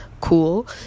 Cool